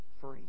free